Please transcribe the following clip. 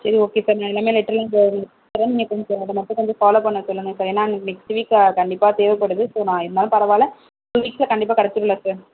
சரி okay sir நான் எல்லாமே லெட்டரில் தர்றேன் நீங்கள் கொஞ்சம் அதை மட்டும் கொஞ்சம் ஃபாலோ பண்ண சொல்லுங்கள் சார் ஏன்னா நெக்ஸ்ட் வீக் கண்டிப்பாக தேவைப்படுது ஸோ நான் இருந்தாலும் பரவாயில்லை டூ வீக்ஸில் கண்டிப்பாக கிடைச்சிரும்ல சார்